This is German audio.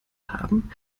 haben